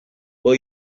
will